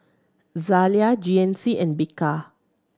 Zalia G N C and Bika